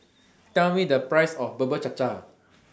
Tell Me The Price of Bubur Cha Cha